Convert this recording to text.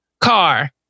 car